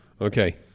Okay